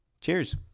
Cheers